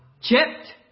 Chipped